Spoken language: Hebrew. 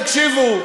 תקשיבו,